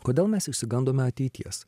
kodėl mes išsigandome ateities